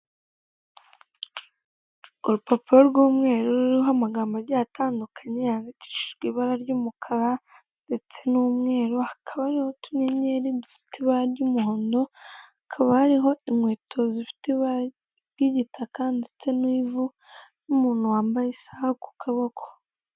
Urupapuro rw'umweru ruriho amagambo agiye atandukanye yandikishijwe ibara ry'umukara ndetse n'umweru, hakaba hariho utunyenyeri dufite ibara ry'umuhondo, hakaba hariho inkweto zifite ibara ry'igitaka ndetse n'ivu n'umuntu wambaye isaha ku kaboko.